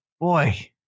Boy